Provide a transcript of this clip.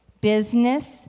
business